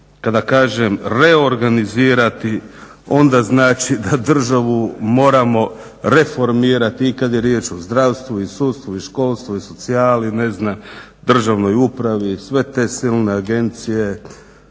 Kada kažem reorganizirati onda znači da državu moramo reformirati i kad je riječ o zdravstvu i sudstvu i školstvu i socijali, ne znam, državnoj upravi, sve te silne agencije.